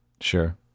Sure